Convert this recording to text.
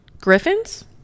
griffins